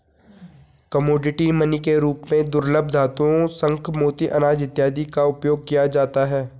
commodity money के रूप में दुर्लभ धातुओं शंख मोती अनाज इत्यादि का उपयोग किया जाता है